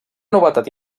novetat